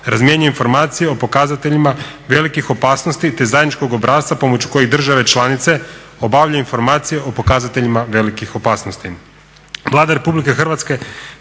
razmjenjuju informacije o pokazateljima velikih opasnosti te zajedničkog obrasca pomoću kojeg države članice obavljaju informacije o pokazateljima velikih opasnosti.